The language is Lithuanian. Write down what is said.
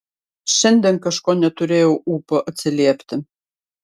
šiandien kažko neturėjau ūpo atsiliepti